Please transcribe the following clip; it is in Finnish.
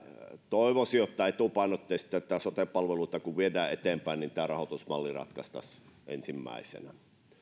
toivoisin että etupainotteisesti näitä sote palveluita kun viedään eteenpäin niin tämä rahoitusmalli ratkaistaisiin ensimmäisenä